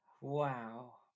Wow